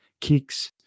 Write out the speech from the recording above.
kicks